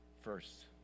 first